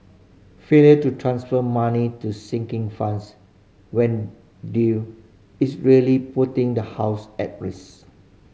failure to transfer money to sinking funds when due is really putting the house at risk